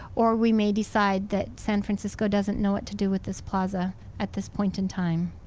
or we may decide that san francisco doesn't know what to do with this plaza at this point in time